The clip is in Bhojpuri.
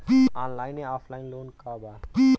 ऑनलाइन या ऑफलाइन लोन का बा?